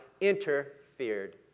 interfered